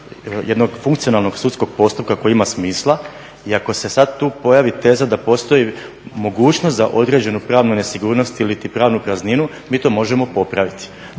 jednog funkcionalnog sudskog postupka koji ima smisla. I ako se sad tu pojavi teza da postoji mogućnost za određenu pravnu nesigurnost iliti pravnu prazninu mi to možemo popraviti.